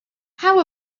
how